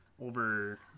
Over